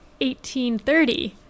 1830